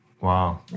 Wow